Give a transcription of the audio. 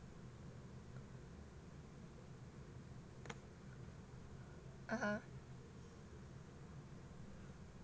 (uh huh)